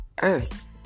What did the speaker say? earth